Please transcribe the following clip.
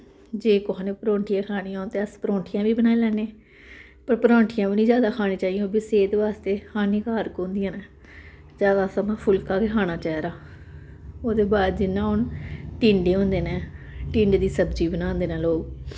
जे कुसा ने परौंठियां खानियां होन ते अस परौंठियां बी बनाई लैन्ने पर परौंठियां बी जैदा निं खानी चाहिदियां ओब्बी सेह्त बास्तै हानिकारक होंदियां न जैदा असें फुल्का गै खाना चाहिदा ओह्दे बाद जि'यां हून टींडे होंदे न टींडे दी सब्जी बनांदे न लोक